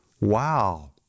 wow